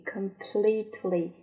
Completely